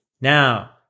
Now